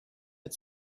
had